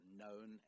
known